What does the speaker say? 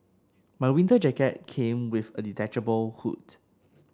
my winter jacket came with a detachable hood